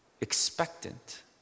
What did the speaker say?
expectant